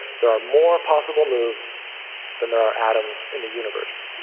there are more possible moves than there are atoms in the universe.